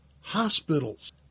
hospitals